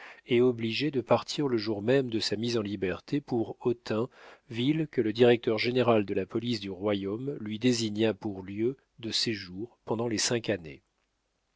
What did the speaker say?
et obligé de partir le jour même de sa mise en liberté pour autun ville que le directeur-général de la police du royaume lui désigna pour lieu de séjour pendant les cinq années